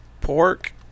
Pork